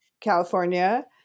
California